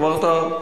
אמרת,